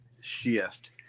shift